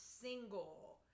single